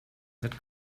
that